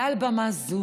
מעל במה זו